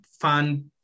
fun